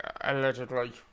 Allegedly